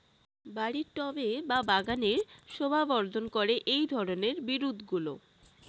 বাড়ির টবে বা বাগানের শোভাবর্ধন করে এই ধরণের বিরুৎগুলো